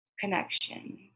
connection